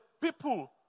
people